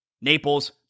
Naples